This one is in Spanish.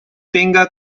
tenga